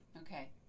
okay